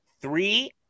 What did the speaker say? three